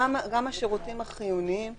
גם השירותים החיוניים --- דקה,